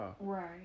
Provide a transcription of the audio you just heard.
Right